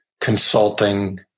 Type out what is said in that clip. consulting